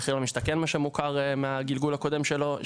מה שמוכר כמחיר למשתכן בגלגול הקודם שלו,